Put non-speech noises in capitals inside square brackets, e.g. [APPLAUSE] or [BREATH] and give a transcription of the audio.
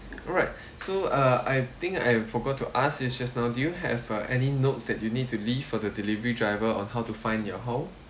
alright [BREATH] so uh I think I forgot to ask you just now do you have uh any notes that you need to leave for the delivery driver on how to find your home